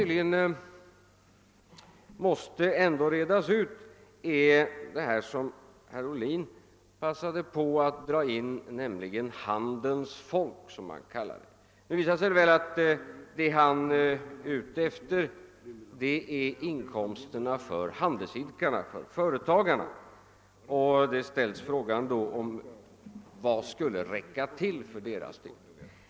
Den andra frågan gäller vad herr Ohlin kallade handelns folk. Det visade sig att vad herr Ohlin var intresserad av var inkomsterna för handelsidkarna, företagarna. Han frågade, vad som skulle räcka till för deras del.